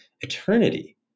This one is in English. eternity